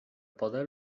poder